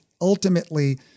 ultimately